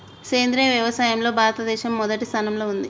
సేంద్రియ వ్యవసాయంలో భారతదేశం మొదటి స్థానంలో ఉంది